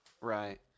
Right